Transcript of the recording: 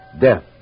Death